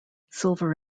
silver